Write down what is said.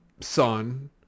Son